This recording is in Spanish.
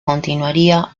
continuaría